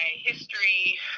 history